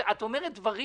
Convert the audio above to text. את אומרת דברים